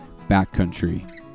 backcountry